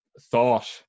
thought